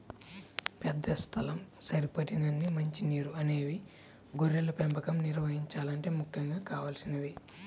పెద్ద స్థలం, సరిపడినన్ని మంచి నీరు అనేవి గొర్రెల పెంపకం నిర్వహించాలంటే ముఖ్యంగా కావలసినవి